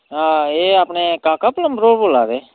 हां एह् अपने काका प्लम्बर होर बोल्ला दे